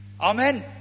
Amen